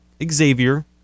Xavier